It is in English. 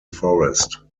forest